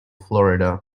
florida